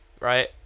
right